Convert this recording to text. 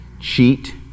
Cheat